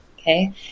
Okay